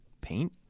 paint